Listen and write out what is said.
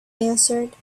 answered